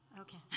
Okay